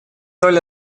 роль